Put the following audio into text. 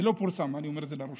זה לא פורסם, אני אומר את זה לראשונה.